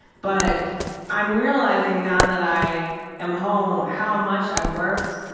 but i'm realizing now that i am home how much i worked.